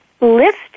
lift